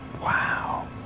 Wow